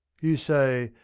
you say,